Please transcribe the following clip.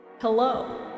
Hello